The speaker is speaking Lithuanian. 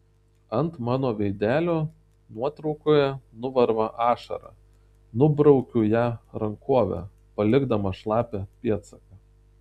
ant mano veidelio nuotraukoje nuvarva ašara nubraukiu ją rankove palikdama šlapią pėdsaką